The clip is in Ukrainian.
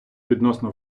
відносно